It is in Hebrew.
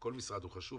כל משרד הוא חשוב,